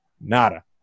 nada